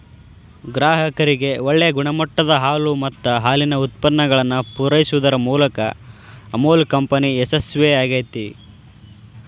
ಗ್ರಾಹಕರಿಗೆ ಒಳ್ಳೆ ಗುಣಮಟ್ಟದ ಹಾಲು ಮತ್ತ ಹಾಲಿನ ಉತ್ಪನ್ನಗಳನ್ನ ಪೂರೈಸುದರ ಮೂಲಕ ಅಮುಲ್ ಕಂಪನಿ ಯಶಸ್ವೇ ಆಗೇತಿ